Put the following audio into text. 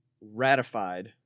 ratified